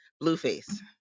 Blueface